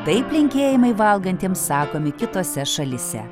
taip linkėjimai valgantiems sakomi kitose šalyse